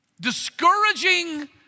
discouraging